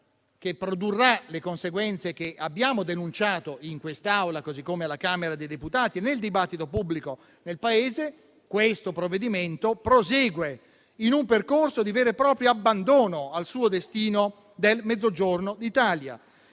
che produrrà le conseguenze che abbiamo denunciato in quest'Aula così come alla Camera dei deputati e nel dibattito pubblico nel Paese. Questo provvedimento prosegue in un percorso di vero e proprio abbandono del Mezzogiorno d'Italia